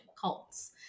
cults